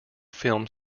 film